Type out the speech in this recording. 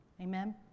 Amen